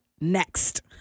next